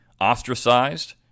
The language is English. ostracized